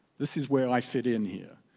this is where i fit in here,